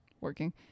working